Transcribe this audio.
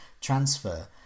transfer